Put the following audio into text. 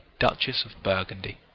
duchess of burgundy.